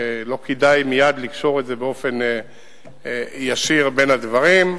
לא כדאי מייד לקשור באופן ישיר בין הדברים.